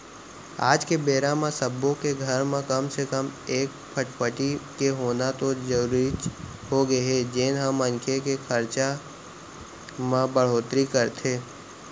आज के बेरा म सब्बो के घर म कम से कम एक फटफटी के होना तो जरूरीच होगे हे जेन ह मनखे के खरचा म बड़होत्तरी करथे